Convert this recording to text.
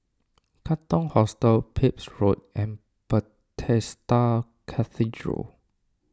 Katong Hostel Pepys Road and Bethesda Cathedral